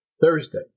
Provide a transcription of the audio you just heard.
Thursday